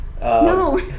No